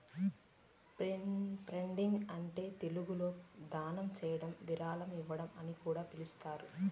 funding అంటే తెలుగులో దానం చేయడం విరాళం ఇవ్వడం అని కూడా పిలుస్తారు